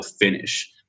finish